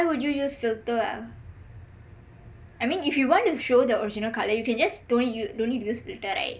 would you use filter I mean if you want to show the original colour you can just don't need to use the filter right